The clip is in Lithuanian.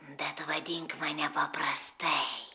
bet vadink mane paprastai